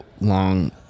long